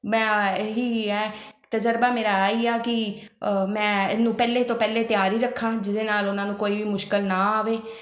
ਮੈਂ ਇਹੀ ਹੈ ਤਜ਼ਰਬਾ ਮੇਰਾ ਆਹੀ ਆ ਕਿ ਮੈਂ ਇਹਨੂੰ ਪਹਿਲੇ ਤੋਂ ਪਹਿਲੇ ਤਿਆਰੀ ਰੱਖਾਂ ਜਿਹਦੇ ਨਾਲ ਉਹਨਾਂ ਨੂੰ ਕੋਈ ਵੀ ਮੁਸ਼ਕਲ ਨਾ ਆਵੇ